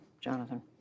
Jonathan